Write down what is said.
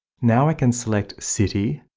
now i can select city.